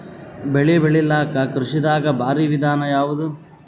ಬೆಳೆ ಬೆಳಿಲಾಕ ಕೃಷಿ ದಾಗ ಭಾರಿ ವಿಧಾನ ಯಾವುದು?